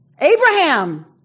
Abraham